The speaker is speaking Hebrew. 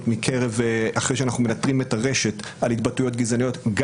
אחרי שאנחנו מנטרים את הרשת על התבטאויות גזעניות,